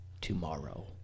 tomorrow